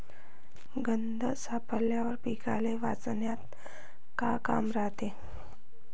गंध सापळ्याचं पीकाले वाचवन्यात का काम रायते?